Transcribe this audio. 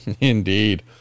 Indeed